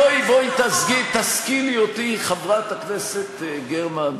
בואי, תשכילי אותי, חברת הכנסת גרמן,